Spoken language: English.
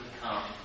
come